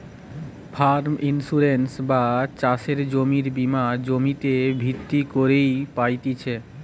farm insurance বা চাষের জমির বীমা জমিতে ভিত্তি কইরে পাইতেছি